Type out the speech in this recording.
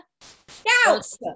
scouts